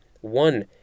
One